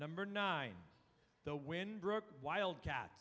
number nine the wind wildcat